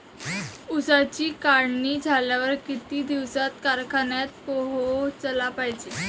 ऊसाची काढणी झाल्यावर किती दिवसात कारखान्यात पोहोचला पायजे?